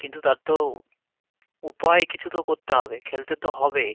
কিন্তু তার তো উপায় কিছু তো করতে হবে খেলতে তো হবে